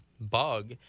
bug